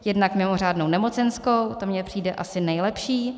Jedna: mimořádnou nemocenskou, to mně přijde asi nejlepší.